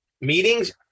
meetings